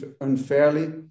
unfairly